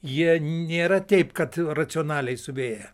jie nėra taip kad racionaliai stovėję